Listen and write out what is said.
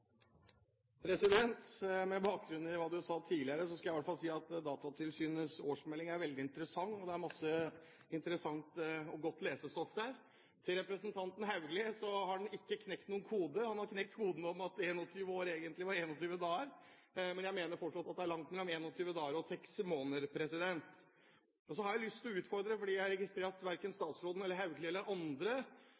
minutt. Med bakgrunn i hva presidenten sa tidligere, vil jeg i hvert fall si at Datatilsynets årsmelding er veldig interessant. Det er masse interessant og godt lesestoff der. Til representanten Haugli vil jeg si at han har ikke knekt noen kode. Han har knekt koden om at 21 år egentlig var 21 dager, men jeg mener fortsatt at det er langt mellom 21 dager og seks måneder. Og så har jeg lyst til å utfordre i forhold til at jeg har registrert at verken